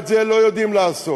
את זה לא יודעים לעשות,